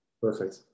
Perfect